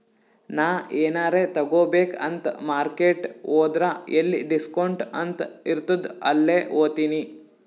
ನಾ ಎನಾರೇ ತಗೋಬೇಕ್ ಅಂತ್ ಮಾರ್ಕೆಟ್ ಹೋದ್ರ ಎಲ್ಲಿ ಡಿಸ್ಕೌಂಟ್ ಅಂತ್ ಇರ್ತುದ್ ಅಲ್ಲೇ ಹೋತಿನಿ